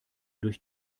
durch